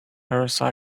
rsi